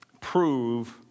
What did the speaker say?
prove